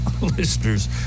listeners